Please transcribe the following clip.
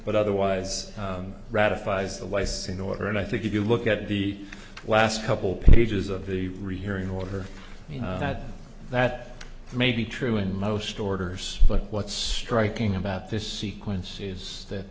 but otherwise ratifies the lysine order and i think if you look at the last couple pages of the rehearing order you know that that may be true in most orders but what's striking about this sequence is that